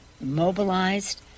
mobilized